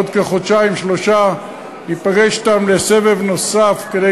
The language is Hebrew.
בעוד חודשיים-שלושה ניפגש אתם לסבב נוסף כדי